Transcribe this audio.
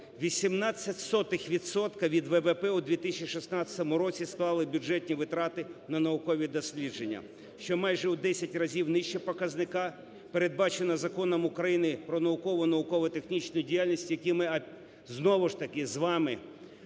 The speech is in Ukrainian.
0,18 відсотка від ВВП у 2016 році склали бюджетні витрати на наукові дослідження, що майже у 10 разів нижче показника, передбаченого Законом України "Про наукову, науково-технічну діяльність", який ми знову ж таки з вами